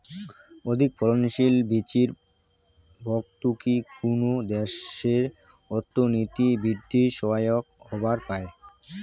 অধিকফলনশীল বীচির ভর্তুকি কুনো দ্যাশের অর্থনীতি বিদ্ধির সহায়ক হবার পায়